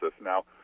Now